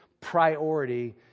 priority